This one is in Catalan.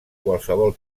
qualsevol